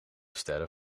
sterren